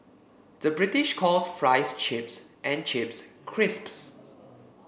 the British calls fries chips and chips crisps